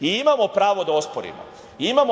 Imamo pravo da osporimo.